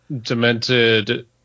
demented